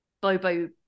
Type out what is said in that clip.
bobo